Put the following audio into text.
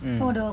mm